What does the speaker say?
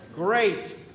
Great